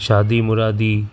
शादी मुरादी